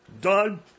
done